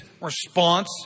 response